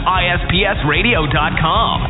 ispsradio.com